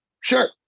sure